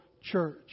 church